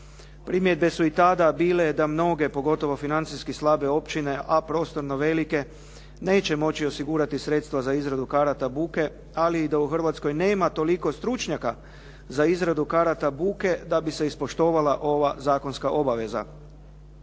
Primjedbe su i tada bile da mnoge, pogotovo financijski slabe općine, a prostorno velike neće moći osigurati sredstva za izradu karata buke, ali i da u Hrvatskoj nema toliko stručnjaka za izradu karata buke da bi se ispoštovala ova zakonska obaveza.